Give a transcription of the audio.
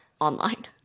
online